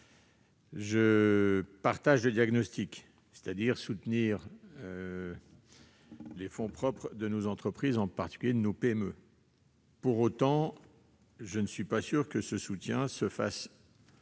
Je partage le diagnostic : il faut soutenir les fonds propres de nos entreprises, en particulier de nos PME. Pour autant, je ne suis pas sûr que ce soutien puisse